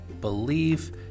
believe